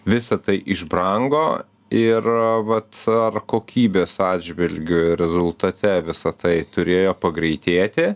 visa tai išbrango ir vat ar kokybės atžvilgiu rezultate visa tai turėjo pagreitėti